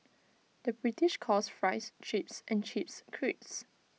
the British calls Fries Chips and Chips Crisps